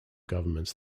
governments